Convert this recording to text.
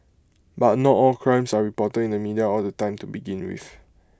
but not all crimes are reported in the media all the time to begin with